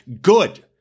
Good